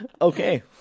Okay